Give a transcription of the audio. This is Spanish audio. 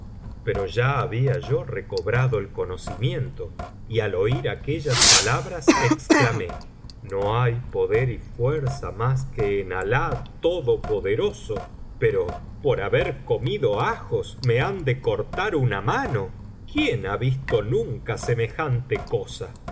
pero ya había yo recobrado el conocimiento y al oir aquellas palabras exclamé no hay poder y fuerza mas que en alan todopoderoso pero por haber comido ajos me han de cortar una mano quién ha visto nunca semejante cosa